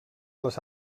les